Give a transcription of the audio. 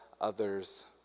others